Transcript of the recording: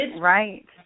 right